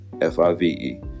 F-I-V-E